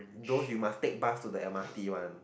those you must take bus to the M_R_T one